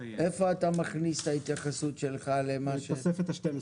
איפה אתה מכניס את ההתייחסות שלך למה ש- בתוספת ה-12.